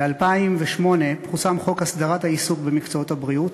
ב-2008 פורסם חוק הסדרת העיסוק במקצועות הבריאות.